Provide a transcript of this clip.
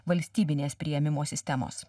valstybinės priėmimo sistemos